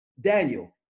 Daniel